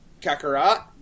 Kakarot